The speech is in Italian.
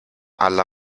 alla